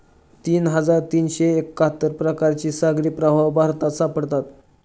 तीन हजार तीनशे एक्काहत्तर प्रकारचे सागरी प्रवाह भारतात सापडतात